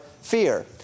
fear